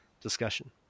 discussion